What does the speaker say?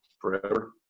Forever